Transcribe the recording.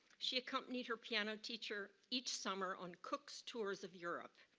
she accompanied her piano teacher each summer on cook's tours of europe.